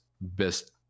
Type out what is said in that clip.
best